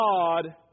God